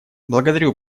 благодарю